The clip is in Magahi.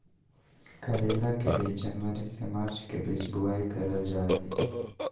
करेला के बीज जनवरी से मार्च के बीच बुआई करल जा हय